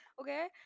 okay